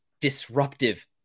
disruptive